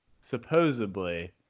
supposedly –